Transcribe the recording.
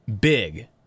big